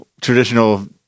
traditional